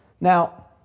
Now